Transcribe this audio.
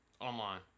Online